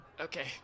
Okay